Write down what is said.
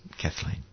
Kathleen